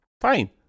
fine